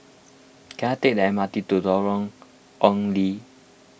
can I take the M R T to Lorong Ong Lye